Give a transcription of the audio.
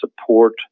support